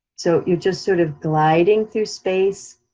so you're just sort of gliding through space.